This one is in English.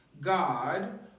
God